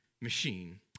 machine